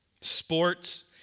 Sports